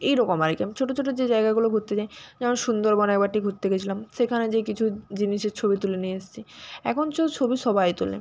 এই রকম আর কি আমি ছোটো ছোটো যে জায়গাগুলো ঘুরতে যাই যেমন সুন্দরবন একবারটি ঘুরতে গেছিলাম সেখানে যেয়ে কিছু জিনিসের ছবি তুলে নিয়ে এসেছি এখন তো ছবি সবাই তোলে